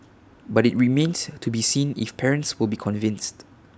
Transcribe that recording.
but IT remains to be seen if parents will be convinced